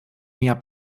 mia